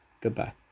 Goodbye